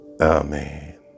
amen